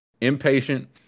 impatient